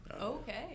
Okay